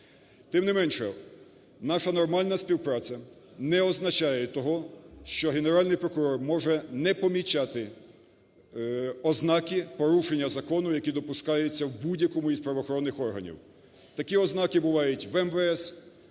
Тим не менше наша нормальна співпраця не означає того, що Генеральний прокурор може не помічати ознаки порушення закону, які допускаються в будь-якому із правоохоронних органів. Такі ознаки бувають в МВС,